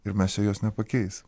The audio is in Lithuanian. ir mes jau jos nepakeis